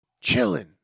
chilling